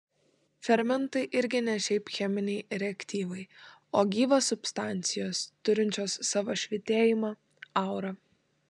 fermentai irgi ne šiaip cheminiai reaktyvai o gyvos substancijos turinčios savo švytėjimą aurą